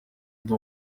ndi